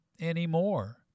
anymore